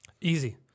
Easy